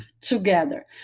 together